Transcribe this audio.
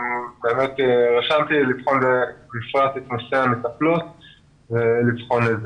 רשמתי בפרט את נושא המטפלות ונבחן זאת.